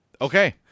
okay